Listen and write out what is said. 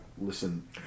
Listen